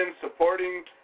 supporting